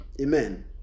amen